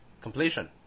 completion